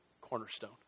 cornerstone